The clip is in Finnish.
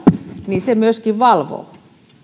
niin sitä myöskin